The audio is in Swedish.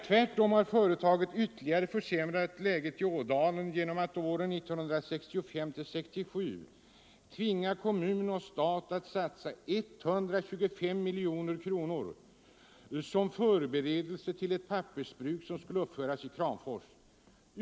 Tvärtom har företaget ytterligare försämrat läget för Ådalen genom att åren 1965-1967 tvinga kommun och stat att satsa ca 125 miljoner kronor som förberedelse till ett pappersbruk, som skulle uppföras i Kramfors.